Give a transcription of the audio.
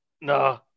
No